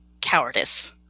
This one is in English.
cowardice